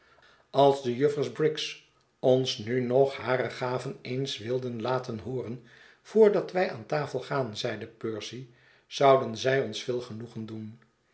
als de juffers briggs ons nu nog hare gaven eens wilden laten hooren voordat wij aan tafel gaan zeide percy zouden zij ons veel genoegen doen